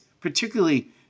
particularly